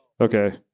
Okay